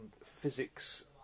physics